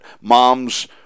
moms